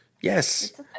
Yes